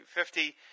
250